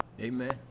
Amen